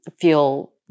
feel